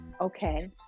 okay